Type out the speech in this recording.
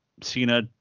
Cena